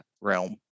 realm